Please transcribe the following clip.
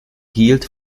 gilt